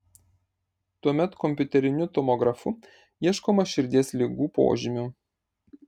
tuomet kompiuteriniu tomografu ieškoma širdies ligų požymių